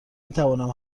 میتوانم